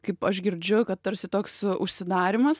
kaip aš girdžiu kad tarsi toks užsidarymas